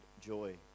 joy